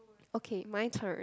okay my turn